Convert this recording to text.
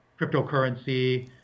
cryptocurrency